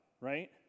right